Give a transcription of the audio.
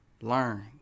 learn